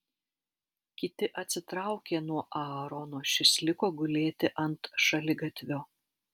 kiti atsitraukė nuo aarono šis liko gulėti ant šaligatvio